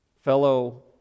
Fellow